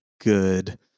good